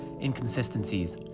inconsistencies